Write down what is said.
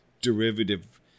derivative